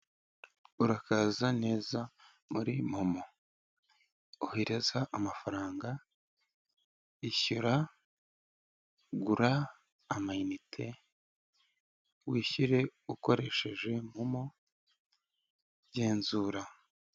Urakaza neza muri momo, ohereza amafaranga, ishyura, gura amayinite, wishyure ukoresheje momo, genzura.